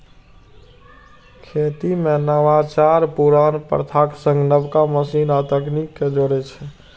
खेती मे नवाचार पुरान प्रथाक संग नबका मशीन आ तकनीक कें जोड़ै छै